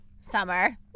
Summer